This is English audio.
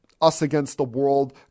us-against-the-world